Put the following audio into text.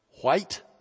white